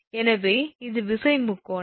எனவே இது விசை முக்கோணம்